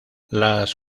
las